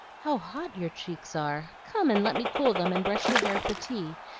how hot your cheeks are! come and let me cool them, and brush your hair for tea,